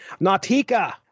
Nautica